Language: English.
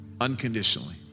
unconditionally